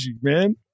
man